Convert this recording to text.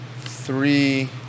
three